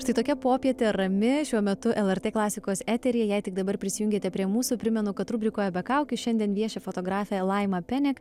štai tokia popietė rami šiuo metu lrt klasikos eteryje jei tik dabar prisijungėte prie mūsų primenu kad rubrikoje be kaukių šiandien vieši fotografė laima penek